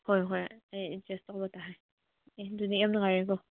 ꯍꯣꯏ ꯍꯣꯏ ꯑꯩ ꯑꯦꯗꯖꯁ ꯇꯧꯕ ꯇꯥꯔꯦ ꯑꯦ ꯑꯗꯨꯗꯤ ꯌꯥꯝ ꯅꯨꯡꯉꯥꯏꯔꯦꯀꯣ